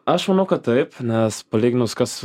aš manau kad taip nes palyginus kas